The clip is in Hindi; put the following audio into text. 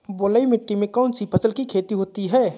बलुई मिट्टी में कौनसी फसल की खेती होती है?